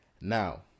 now